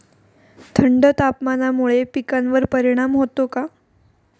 थंड तापमानामुळे पिकांवर परिणाम होतो का?